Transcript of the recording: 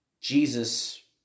Jesus